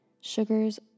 sugars